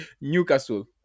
Newcastle